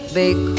big